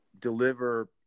deliver